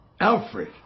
Alfred